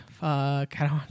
fuck